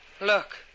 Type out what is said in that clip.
Look